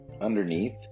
underneath